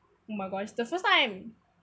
oh my god the first time I'm